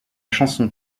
chanson